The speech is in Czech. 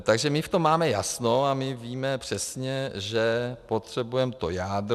Takže my v tom máme jasno a víme přesně, že potřebujeme to jádro.